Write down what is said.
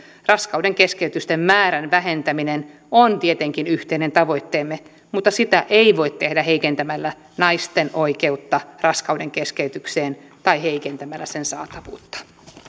raskaudenkeskeytysten määrän vähentäminen on tietenkin yhteinen tavoitteemme mutta sitä ei voi tehdä heikentämällä naisten oikeutta raskaudenkeskeytykseen tai heikentämällä sen saatavuutta